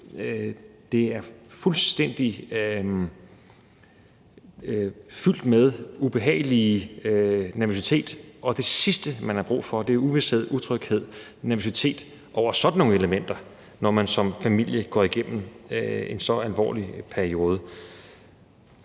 er fuldstændig fyldt med ubehagelig nervøsitet, og det sidste, man har brug for, er uvished, utryghed og nervøsitet over sådan nogle elementer, når man som familie går igennem en så alvorlig periode.